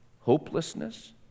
Hopelessness